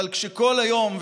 אבל כשכל היום,